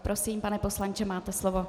Prosím, pane poslanče, máte slovo.